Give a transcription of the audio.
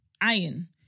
Iron